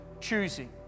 choosing